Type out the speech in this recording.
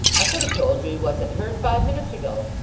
i could have told you he wasn't hurt, five minutes ago.